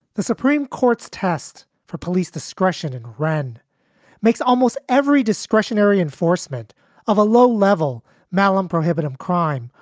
the supreme court's test for police discretion in rennes makes almost every discretionary enforcement of a low level malim prohibitive crime.